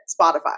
Spotify